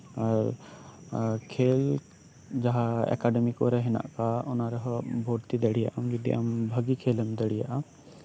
ᱟᱨ ᱟᱨ ᱠᱷᱮᱞ ᱡᱟᱸᱦᱟ ᱮᱠᱟᱰᱮᱢᱤ ᱠᱚᱨᱮᱜ ᱢᱮᱱᱟᱜ ᱠᱟᱜ ᱚᱱᱟ ᱨᱮᱦᱚᱸ ᱵᱷᱚᱨᱛᱤ ᱫᱟᱲᱮᱭᱟᱜ ᱟᱢ ᱡᱚᱫᱤ ᱟᱢ ᱵᱷᱟᱜᱤ ᱠᱷᱮᱞ ᱮᱢ ᱫᱟᱲᱮᱭᱟᱜ ᱟᱢ